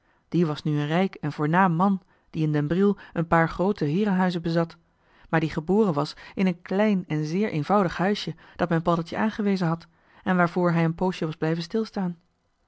die was nu een rijk en voornaam man die joh h been paddeltje de scheepsjongen van michiel de ruijter in den briel een paar groote heerenhuizen bezat maar die geboren was in een klein en zeer eenvoudig huisje dat men paddeltje aangewezen had en waarvoor hij een poosje was blijven stilstaan